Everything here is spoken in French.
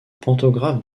pantographe